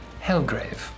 Helgrave